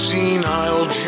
Senile